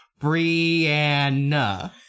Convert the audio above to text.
Brianna